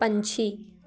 ਪੰਛੀ